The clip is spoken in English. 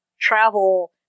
travel